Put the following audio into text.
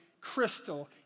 crystal